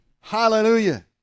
Hallelujah